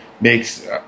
makes